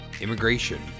immigration